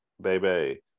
baby